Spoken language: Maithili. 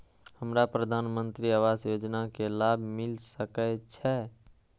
हमरा प्रधानमंत्री आवास योजना के लाभ मिल सके छे?